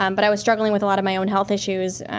um but i was struggling with a lot of my own health issues.